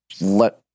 let